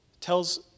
tells